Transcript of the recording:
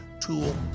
tool